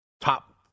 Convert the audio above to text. top